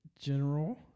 General